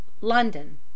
London